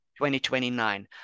2029